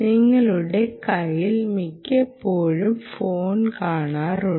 നിങ്ങളുടെ കൈയ്യിൽ മിക്കപ്പോഴും ഫോൺ കാണാറുണ്ട്